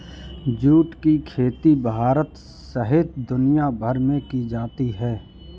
जुट की खेती भारत सहित दुनियाभर में की जाती है